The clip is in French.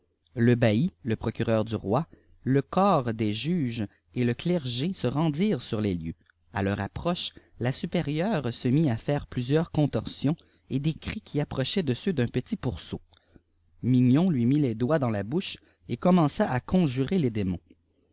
le bailli le procureur du roi le corps des juges et le clerçé se rendirent sur les lieux a leur approche la supérieure se mit à faire plusieurs contorsions et des cris qui approchaient de ceux d'un petit pourceau mignon lui mit les doigte dans la bouche et commença à conjurer les damons